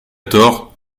tort